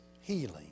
healing